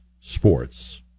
sports